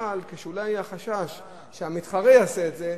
אבל כשאולי יש חשש שהמתחרה יעשה את זה,